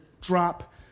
drop